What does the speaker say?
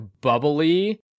bubbly-